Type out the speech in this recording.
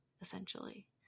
essentially